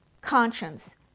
conscience